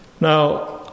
Now